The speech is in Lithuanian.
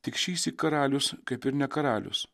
tik šįsyk karalius kaip ir ne karalius